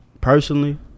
personally